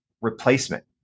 replacement